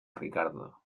ricardo